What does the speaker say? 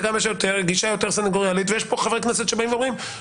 ויש כאן חברי כנסת שאומרים,